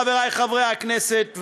חברי חברי הכנסת,